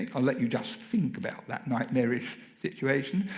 ah i'll let you just think about that nightmarish situation.